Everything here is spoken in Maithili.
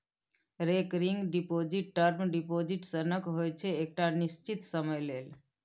रेकरिंग डिपोजिट टर्म डिपोजिट सनक होइ छै एकटा निश्चित समय लेल